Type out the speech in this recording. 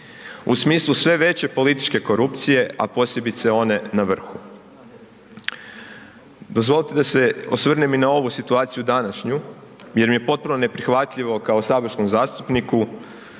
u smislu sve veće političke korupcije, a posebice one na vrhu. Dozvolite da se osvrnem i na ovu situaciju današnju jer mi je potpuno neprihvatljivo kao saborskom zastupniku